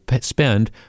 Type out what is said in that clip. spend